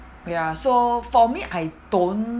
ya so for me I don't